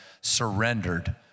surrendered